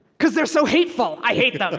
because they're so hateful, i hate them.